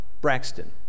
Braxton